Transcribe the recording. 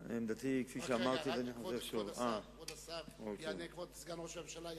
כבוד השר סגן ראש הממשלה יענה.